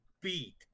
beat